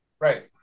Right